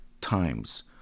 times